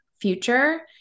future